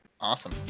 awesome